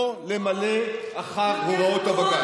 לא למלא אחר הוראות הבג"ץ.